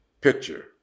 picture